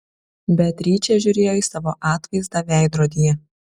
beatričė žiūrėjo į savo atvaizdą veidrodyje